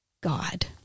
God